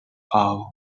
our